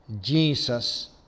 Jesus